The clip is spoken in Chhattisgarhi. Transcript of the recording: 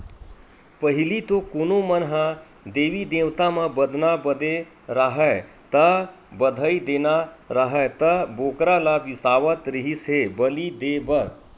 पहिली तो कोनो मन ह देवी देवता म बदना बदे राहय ता, बधई देना राहय त बोकरा ल बिसावत रिहिस हे बली देय बर